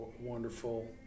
wonderful